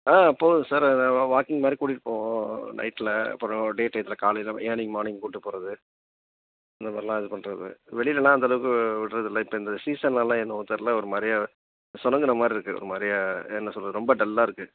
ஆ போகுது சார் அது வாக்கிங் மாதிரி கூட்டிகிட்டுப் போவோம் நைட்டில் அப்புறோம் டே டயத்தில் காலையில் ஏர்லி மார்னிங் கூட்டிப் போவது இந்த மாதிரிலாம் இது பண்ணுறது வெளிலெலாம் அந்த அளவுக்கு விடுறது இல்லை இப்போ இந்த சீசன்னாலே என்னவோ தெர்லை ஒரு மாதிரியா சுணங்குன மாதிரிருக்கு ஒரு மாதிரியா என்ன சொல்வது ரொம்ப டல்லாக இருக்குது